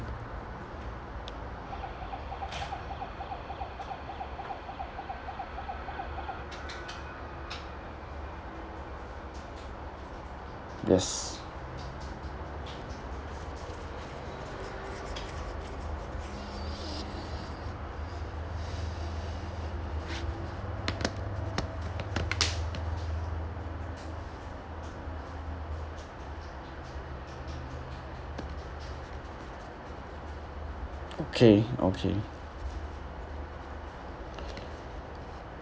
yes okay okay